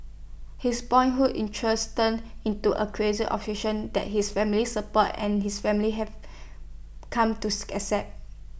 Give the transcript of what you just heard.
his boyhood interest turned into A crazy obsession that his family support and his family have come to accept